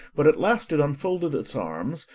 but at last it unfolded its arms,